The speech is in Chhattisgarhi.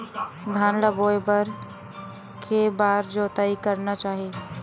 धान ल बोए बर के बार जोताई करना चाही?